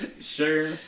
Sure